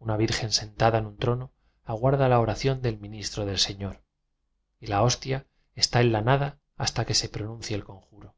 una virgen sentada en un trono aguarda la oración del ministro del señor y la hostia está en la nada hasta que se pronuncie el conjuro